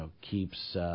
keeps